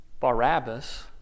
Barabbas